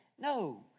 No